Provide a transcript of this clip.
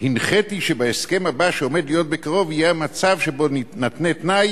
הנחיתי שבהסכם הבא שעומד להיות בקרוב יהיה מצב שבו נתנה תנאי,